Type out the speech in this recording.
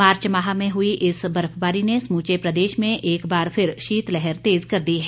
मार्च माह में हुई इस बर्फबारी ने समूचे प्रदेश में एक बार फिर शीतलहर तेज़ कर दी है